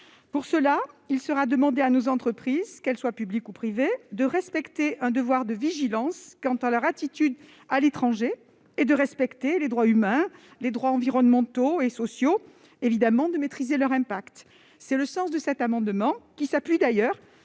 Pour cela, il sera demandé à nos entreprises, qu'elles soient publiques ou privées, d'exercer un devoir de vigilance quant à leur attitude à l'étranger, de respecter les droits humains, environnementaux et sociaux et, bien sûr, de maîtriser leur impact. Tel est le sens de cet amendement. Au demeurant,